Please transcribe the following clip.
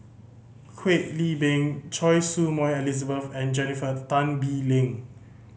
Kwek Leng Beng Choy Su Moi Elizabeth and Jennifer Tan Bee Leng